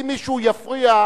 אם מישהו יפריע,